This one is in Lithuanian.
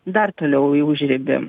dar toliau į užribį